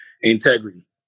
integrity